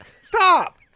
Stop